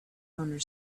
owner